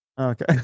Okay